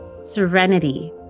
Serenity